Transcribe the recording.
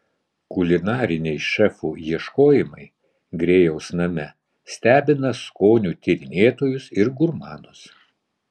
kulinariniai šefų ieškojimai grėjaus name stebina skonių tyrinėtojus ir gurmanus